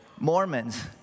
Mormons